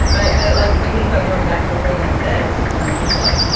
but i like i think about going back to a phone like this and i'm just like,